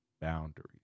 boundaries